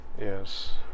Yes